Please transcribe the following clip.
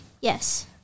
Yes